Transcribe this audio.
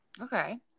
Okay